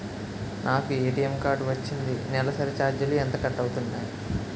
నాకు ATM card వచ్చింది నెలసరి ఛార్జీలు ఎంత కట్ అవ్తున్నాయి?